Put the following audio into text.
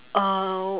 uh